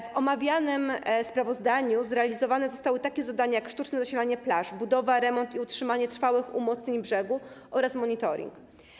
W omawianym sprawozdaniu zrealizowane zostały takie zadania, jak sztuczne zasilanie plaż, budowa, remont i utrzymanie trwałych umocnień brzegów oraz monitoring.